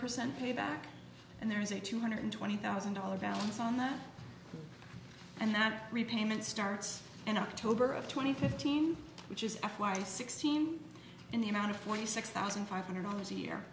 percent payback and there is a two hundred twenty thousand dollars balance on that and that repayment starts in october of twenty fifteen which is f y sixteen in the amount of twenty six thousand five hundred dollars a year